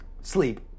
Sleep